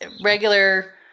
regular